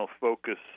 focus